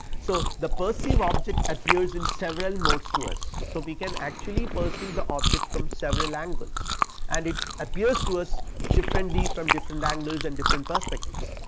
so, the perceived object appears in several modes to us. so, we can actually perceive the object from several angles and it appears to us differently from different angles and different perspectives,